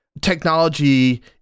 technology